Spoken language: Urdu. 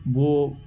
وہ